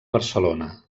barcelona